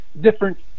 Different